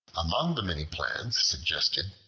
among the many plans suggested,